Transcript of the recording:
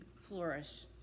flourish